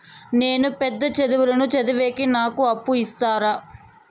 నేను పెద్ద చదువులు చదివేకి నాకు అప్పు ఇస్తారా